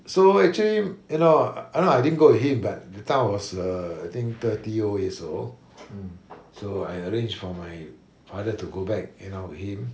so actually you know uh no I didn't go with him that time I was err I think thirty over years old so I arranged for my father to go back you know him